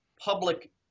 public